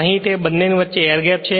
અને તે બની વચ્ચે એર ગેપ છે